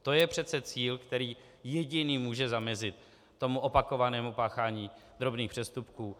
To je přece cíl, který jediný může zamezit opakovanému páchání drobných přestupků.